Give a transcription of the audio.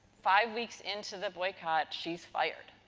five weeks into the boycott, she's fired.